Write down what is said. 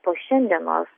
po šiandienos